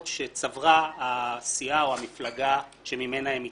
שצברה הסיעה או המפלגה שממנה הם מתפלגים.